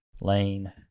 Lane